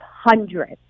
hundreds